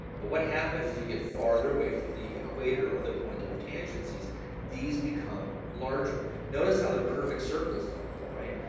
but what happens as you get farther away from the equator or the point of tangency these, these become larger. notice how they're perfect circles though, right?